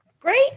Great